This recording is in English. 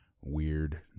weird